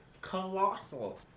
Colossal